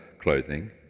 clothing